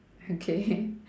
okay